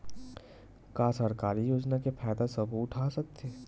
का सरकारी योजना के फ़ायदा सबो उठा सकथे?